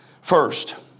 First